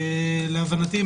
להבנתי,